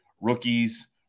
rookies